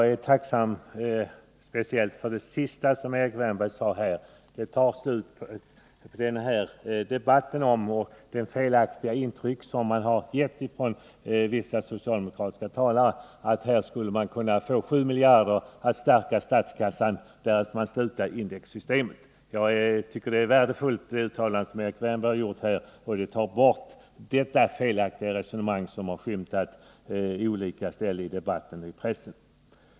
Fru talman! Jag är speciellt tacksam för det sista som Erik Wärnberg sade, att en del måste tas ut i någon form, och för hans förtydligande av det felaktiga resonemanget från vissa socialdemokratiska talares sida om att de sju miljarderna skulle användas till att stärka statskassan, därest indexsystemet slopas. Jag tycker att Erik Wärnbergs uttalande är värdefullt. Därmed suddas det felaktiga resonemang ut som har skymtat i debatten och i pressen.